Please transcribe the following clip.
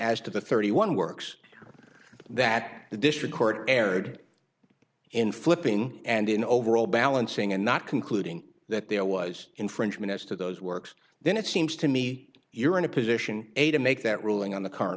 the thirty one works that the district court erred in flipping and in overall balancing and not concluding that there was infringement as to those works then it seems to me you're in a position to make that ruling on the current